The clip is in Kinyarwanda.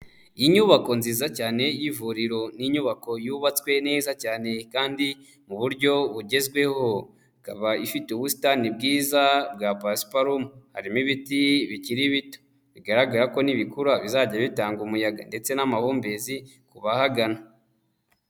Inyubako nziza cyane y'ivuriro ni inyubako yubatswe neza cyane kandi mu buryo bugezweho, ikaba ifite ubusitani bwiza bwa pasuparumu, harimo ibiti bikiri bigaragara ko nibikura bizajya bitanga umuyaga ndetse n'amahumbezi ku bahagana.